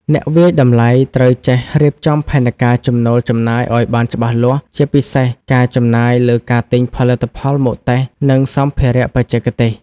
អ្នកវាយតម្លៃត្រូវចេះរៀបចំផែនការចំណូលចំណាយឱ្យបានច្បាស់លាស់ ជាពិសេសការចំណាយលើការទិញផលិតផលមកតេស្ត និងសម្ភារៈបច្ចេកទេស។